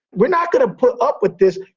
we're not gonna put up with this,